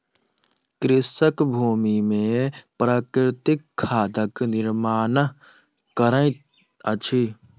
कृषक भूमि में प्राकृतिक खादक निर्माण करैत अछि